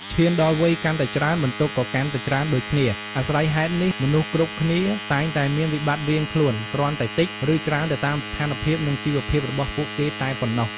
ឈានដល់វ័យកាន់ច្រើនបន្ទុកក៏កាន់តែច្រើនដូចគ្នា អាស្រ័យហេតុនេះមនុស្សគ្រប់គ្នាតែងតែមានវិបត្តិរៀងខ្លួន គ្រាន់តែតិច ឬច្រើនទៅតាមស្ថានភាពនិងជីវភាពរបស់ពួកគេតែប៉ុណ្ណោះ។